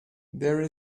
there